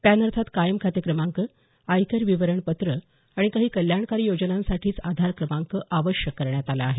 PAN अर्थात कायम खाते क्रमांक आयकर विवरणपत्रं आणि काही कल्याणकारी योजनांसाठीच आधार क्रमांक आवश्यक करण्यात आला आहे